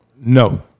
No